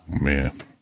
man